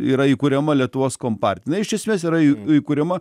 yra įkuriama lietuvos kompartija jinai iš esmės yra įkūrimą